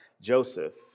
Joseph